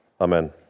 Amen